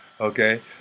okay